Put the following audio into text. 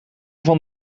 van